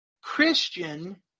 Christian